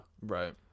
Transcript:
Right